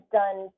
done